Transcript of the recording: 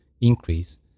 increase